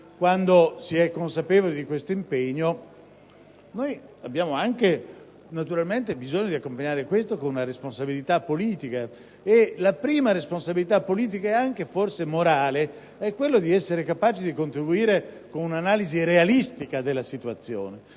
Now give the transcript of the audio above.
Quando si è consapevoli di questo impegno, abbiamo anche naturalmente bisogno di combinarlo con una responsabilità politica: la prima responsabilità, forse anche morale, è quella di essere capaci di contribuire con un'analisi realistica della situazione.